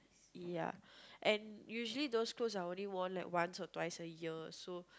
ya and usually those clothes are only worn like once or twice a year so